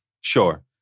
Sure